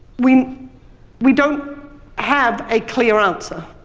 we we don't have a clear answer.